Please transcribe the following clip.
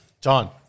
John